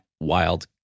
Wild